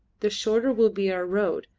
the shorter will be our road,